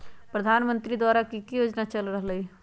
प्रधानमंत्री द्वारा की की योजना चल रहलई ह?